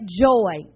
joy